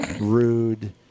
rude